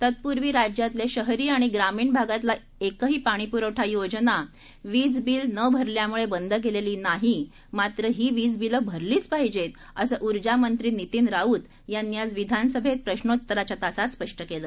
तत्पूर्वी राज्यातील शहरी आणि ग्रामीण भागातील एकही पाणीपुरवठा योजना वीज बिल न भरल्यामुळे बंद केलेली नाही मात्र ही वीज बिलं भरलीच पाहिजेत असं ऊर्जामंत्री नितीन राऊत यांनी आज विधानसभेत प्रश्रोत्तराच्या तासात स्पष्ट केलं